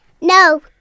No